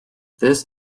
this